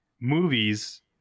movies